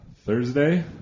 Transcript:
Thursday